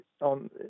on